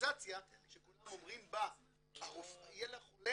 מדיקליזציה שכולם אומרים בה יהיה לחולה